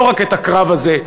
לא רק את הקרב הזה,